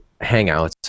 Hangouts